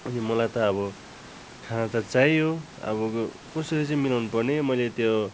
अनि मलाई त अब खाना त चाहियो अब क कसरी चाहिँ मलाउनु पर्ने मैले त्यो